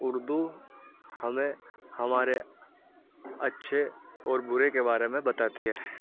اردو ہمیں ہمارے اچھے اور برے کے بارے میں بتاتی ہے